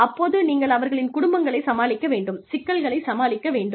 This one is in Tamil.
அப்போது நீங்கள் அவர்களின் குடும்பங்களைச் சமாளிக்க வேண்டும் சிக்கல்களைச் சமாளிக்க வேண்டும்